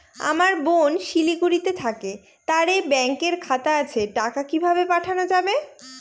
আমার বোন শিলিগুড়িতে থাকে তার এই ব্যঙকের খাতা আছে টাকা কি ভাবে পাঠানো যাবে?